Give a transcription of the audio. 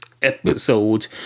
episode